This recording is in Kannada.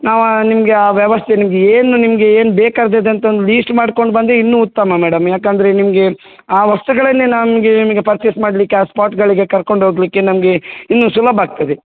ನಾವು ನಿಮಗೆ ಆ ವ್ಯವಸ್ಥೆ ನಿಮ್ಗೆ ಏನು ನಿಮಗೆ ಏನು ಬೇಕಾದದಂಥ ಒಂದು ಲೀಸ್ಟ್ ಮಾಡ್ಕೊಂಡು ಬಂದು ಇನ್ನೂ ಉತ್ತಮ ಮೇಡಮ್ ಯಾಕೆಂದ್ರೆ ನಿಮಗೆ ಆ ವಸ್ತುಗಳನ್ನೇ ನಾ ನಿಮಗೆ ನಿಮಗೆ ಪರ್ಚೇಸ್ ಮಾಡಲಿಕ್ಕೆ ಆ ಸ್ಪಾಟ್ಗಳಿಗೆ ಕರ್ಕೊಂಡು ಹೋಗಲಿಕ್ಕೆ ನಮಗೆ ಇನ್ನು ಸುಲಭ ಆಗ್ತದೆ